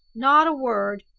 not a word.